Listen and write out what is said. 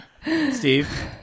Steve